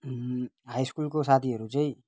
high स्कुलको साथीहरू चाहिँ